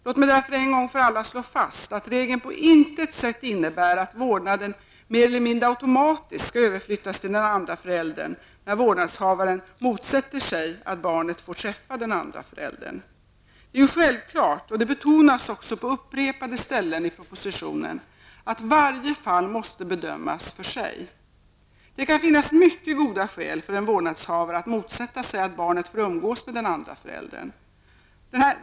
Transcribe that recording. Låt mig därför en gång för alla slå fast att regeln på intet sätt innebär att vårdnaden mer eller mindre automatiskt skall överflyttas till den andra föräldern när vårdnadshavaren motsätter sig att barnet får träffa den andra föräldern. Det är ju självklart, och det betonas också på upprepade ställen i propositionen, att varje fall måste bedömas för sig. Det kan finnas mycket goda skäl för en vårdnadshavare att motsätta sig att barnet får umgås med den andra föräldern.